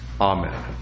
Amen